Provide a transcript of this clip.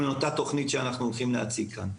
אותה תוכנית שאנחנו הולכים להציג כאן.